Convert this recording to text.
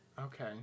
Okay